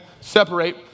separate